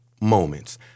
moments